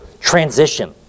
transition